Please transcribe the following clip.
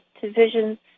divisions